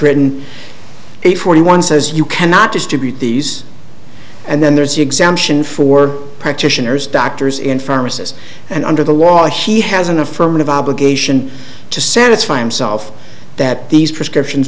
written it forty one says you cannot distribute these and then there's an exemption for practitioners doctors in pharmacists and under the law he has an affirmative obligation to satisfy himself that these prescriptions